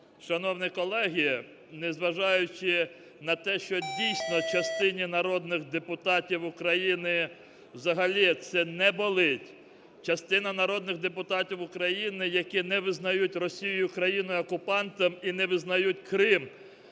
Шановні колеги, незважаючи на те, що, дійсно, частині народних депутатів України взагалі це не болить, частина народних депутатів України, які не визнають Росію країну-окупантом і не визнають Крим